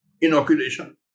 inoculation